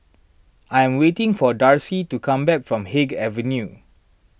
I am waiting for Darci to come back from Haig Avenue